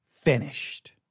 finished